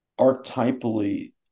archetypally